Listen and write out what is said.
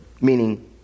meaning